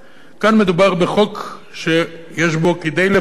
כאן מדובר בחוק שיש בו כדי לפצות